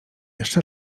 jeszcze